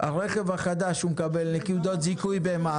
הרכב החדש מקבל נקודות זיכוי במס,